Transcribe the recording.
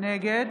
נגד